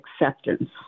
acceptance